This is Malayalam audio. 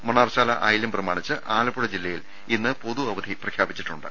മണ്ണാർ ശാല ആയില്യം പ്രമാണിച്ച് ആലപ്പുഴ ജില്ലയിൽ ഇന്ന് പൊതു അവധി പ്രഖ്യാപിച്ചിട്ടുണ്ട്